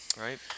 Right